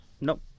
Nope